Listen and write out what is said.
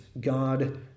God